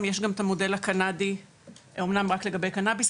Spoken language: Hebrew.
כי אני דיברתי עם מרגי מספר פעמים,